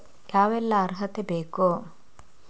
ಯಾವೆಲ್ಲ ಅರ್ಹತೆ ಬೇಕು?